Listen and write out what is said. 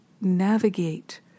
navigate